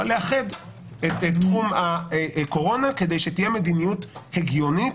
לאחד את תחום הקורונה כדי שתהיה מדיניות הגיונית,